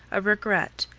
a regret,